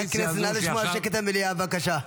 הכנסת נא לשמור על שקט במליאה בבקשה.